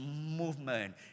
movement